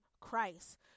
Christ